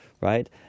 Right